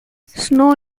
snow